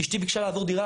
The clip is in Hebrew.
אשתי ביקשה לעבור דירה.